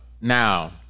Now